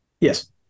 Yes